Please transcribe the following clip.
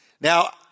Now